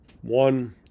one